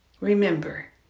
Remember